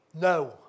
no